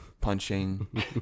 punching